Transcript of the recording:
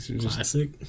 Classic